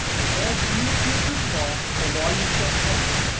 and as you appeal to the law, the law you shall have!